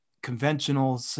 conventional